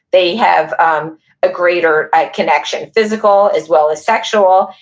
they have um a greater connection, physical, as well as sexual,